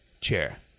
chair